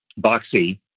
boxy